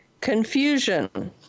Confusion